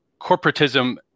corporatism